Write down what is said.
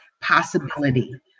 possibility